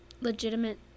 legitimate